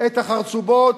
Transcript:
את החרצובות,